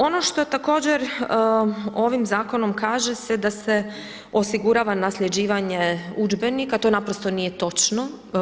Ono što je također ovim zakonom kaže se da se osigurava nasljeđivanje udžbenika, to naprosto nije točno.